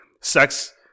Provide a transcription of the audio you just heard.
Sex